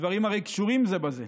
הדברים הרי קשורים זה בזה.